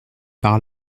par